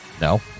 No